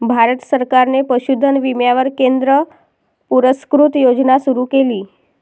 भारत सरकारने पशुधन विम्यावर केंद्र पुरस्कृत योजना सुरू केली